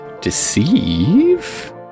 deceive